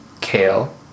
kale